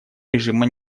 режима